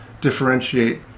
differentiate